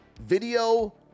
video